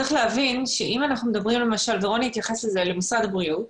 צריך להבין שאם אנחנו מדברים למשל ורוני התייחס לזה למשרד הבריאות,